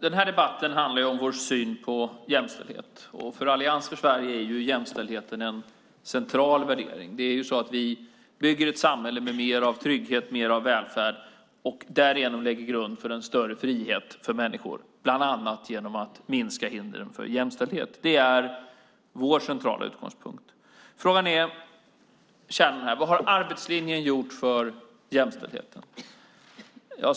Den här debatten handlar om vår syn på jämställdhet. För Allians för Sverige är vår syn på jämställdheten en central värdering. Vi bygger ett samhälle med mer av trygghet och välfärd. Därigenom lägger vi grund för en större frihet för människor bland annat genom att minska hindren för jämställdhet. Det är vår centrala utgångspunkt. Kärnfrågan här är: Vad har arbetslinjen gjort för jämställdheten?